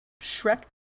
Shrek